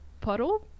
puddle